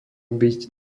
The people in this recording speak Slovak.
byť